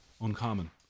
uncommon